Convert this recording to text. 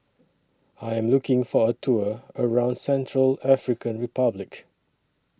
I Am looking For A Tour around Central African Republic